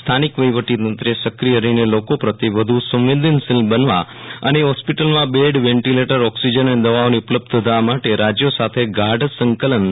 સ્થાનિક વફીવટીતંત્રે સક્રિય રહીને લોકો પ્રત્યે વધુ સંવેદનશીલ બનવા અને હોસ્પિટલમાં બેડ વેન્ટિલેટરઓક્સિજન અને દવાઓની ઉપલબ્ધતા માટે રાજ્યો સાથે ગાઢ સંકલન